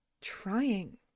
trying